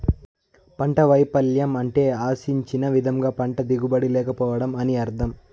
పంట వైపల్యం అంటే ఆశించిన విధంగా పంట దిగుబడి లేకపోవడం అని అర్థం